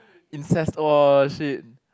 incest !wah shit!